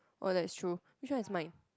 oh that is true which one is mine